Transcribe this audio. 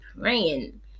praying